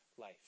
life